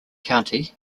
county